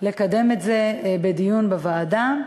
לקדם את זה בדיון בוועדה.